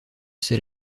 sait